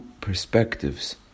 perspectives